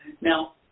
Now